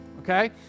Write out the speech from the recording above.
okay